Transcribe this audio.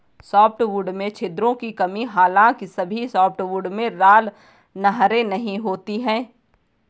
softwood में छिद्रों की कमी हालांकि सभी सॉफ्टवुड में राल नहरें नहीं होती है